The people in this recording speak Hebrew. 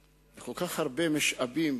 אני יכול להעיד מה נעשה אצלי.